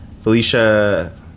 Felicia